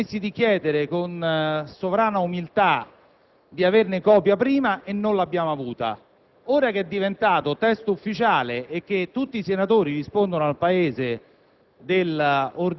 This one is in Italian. ci siamo permessi di chiedere, con sovrana umiltà, di averne copia prima e non l'abbiamo avuta, ora che è diventato testo ufficiale e che tutti i senatori rispondono al Paese